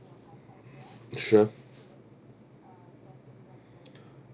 sure